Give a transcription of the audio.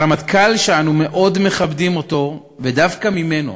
הרמטכ"ל, שאנו מאוד מכבדים אותו, ודווקא ממנו,